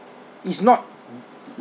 is not